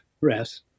rest